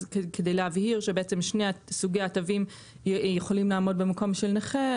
וכדי להבהיר שבעצם שני סוגי התווים יכולים לעמוד במקום של נכה,